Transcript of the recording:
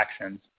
actions